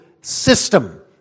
system